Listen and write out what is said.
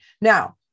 Now